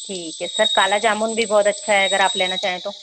ठीक है सर काला जामुन भी बहुत अच्छा है अगर आप लेना चाहें तो